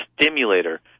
stimulator